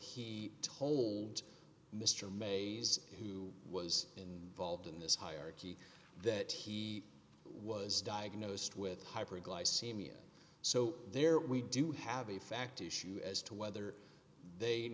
he told mr amaze who was in volved in this hierarchy that he was diagnosed with hyperglycemia so there we do have a fact issue as to whether they